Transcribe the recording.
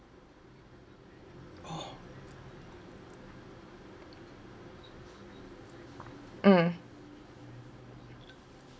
oh mm